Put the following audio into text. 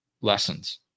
lessons